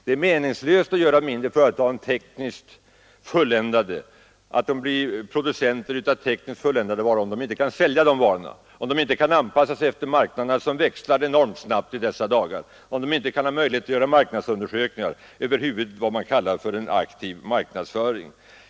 Det är meningslöst att de mindre företagen producerar tekniskt fulländade varor, om de inte kan sälja dem, om de inte kan anpassa sig efter marknaderna, som växlar enormt snabbt i dessa dagar, och om de inte har möjlighet att göra marknadsundersökningar och över huvud taget bedriva vad man kallar en aktiv marknadsföring.